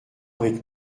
avec